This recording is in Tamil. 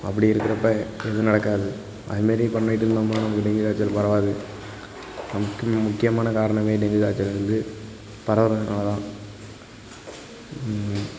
அப்படி இருக்கிறப்ப எதுவும் நடக்காது அதுமாரி பண்ணிகிட்ருந்தோம்னா நமக்கு டெங்கு காய்ச்சல் பரவாது முக்கிமாக முக்கியமான காரணமே டெங்கு காய்ச்சல் வந்து பரவுறதனால தான்